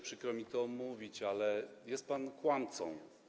Przykro mi to mówić, ale jest pan kłamcą.